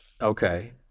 Okay